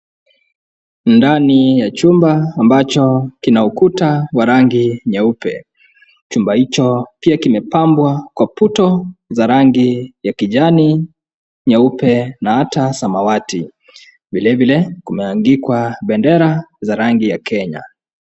Ndani ya chumba ambacho kina ukuta wa rangi nyeupe. Chumba hicho pia kimepambwa kwa puto za rangi ya kijani, nyeupe na hata samawati vilevile kumeandikwa bendera za rangi ya Kenya.